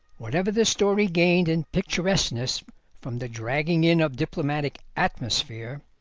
whatever the story gained in picturesqueness from the dragging-in of diplomatic atmosphere,